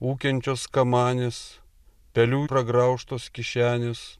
ūkiančios kamanės pelių pragraužtos kišenės